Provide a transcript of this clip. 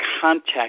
contact